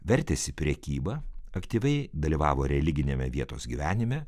vertėsi prekyba aktyviai dalyvavo religiniame vietos gyvenime